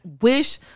wish